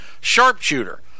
sharpshooter